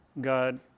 God